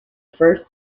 first